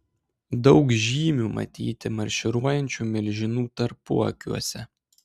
daug žymių matyti marširuojančių milžinų tarpuakiuose